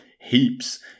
heaps